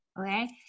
okay